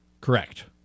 Correct